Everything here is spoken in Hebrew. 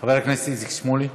חבר הכנסת איציק שמולי,